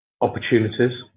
opportunities